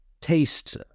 taste